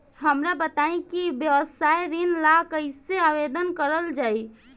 हमरा बताई कि व्यवसाय ऋण ला कइसे आवेदन करल जाई?